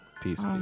Peace